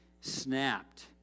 snapped